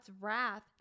wrath